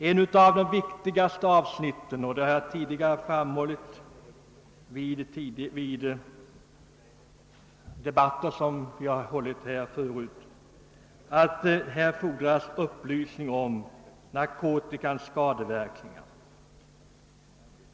En av de viktigaste åtgärderna — det har jag framhållit vid tidigare debatter i denna kammare — är att ge upplysning om narkotikans skadeverkningar.